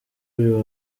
uyu